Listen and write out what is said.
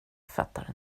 fattar